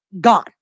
gone